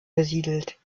besiedelt